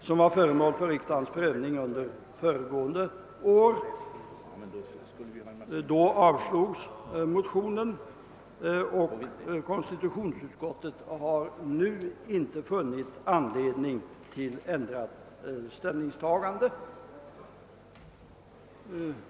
som var föremål för riksdagens prövning under föregående år. Då avslogs motionerna, och konstitutionsutskottet har nu funnit att någon anledning till ändrat ställningstagande inte föreligger.